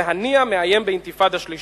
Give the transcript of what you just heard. והנייה מאיים באינתיפאדה שלישית.